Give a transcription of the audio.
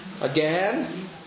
again